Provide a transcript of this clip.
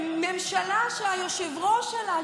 ממשלה שהיושב-ראש שלה,